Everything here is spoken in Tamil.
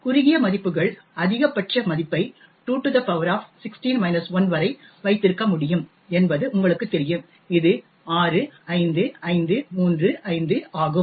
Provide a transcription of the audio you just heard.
குறுகிய மதிப்புகள் அதிகபட்ச மதிப்பை 216 1 வரை வைத்திருக்க முடியும் என்பது உங்களுக்குத் தெரியும் இது 65535 ஆகும்